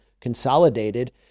consolidated